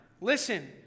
Listen